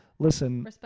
Listen